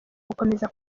gukomeza